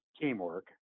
teamwork